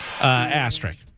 Asterisk